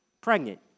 pregnant